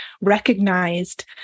recognized